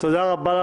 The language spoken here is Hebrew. תודה רבה.